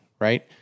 Right